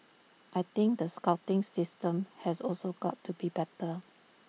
I think the scouting system has also got to be better